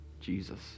Jesus